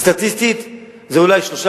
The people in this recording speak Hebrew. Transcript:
סטטיסטית זה אולי שלוש,